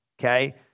Okay